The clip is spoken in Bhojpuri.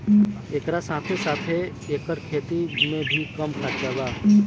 एकरा साथे साथे एकर खेती में भी कम खर्चा बा